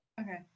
Okay